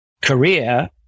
career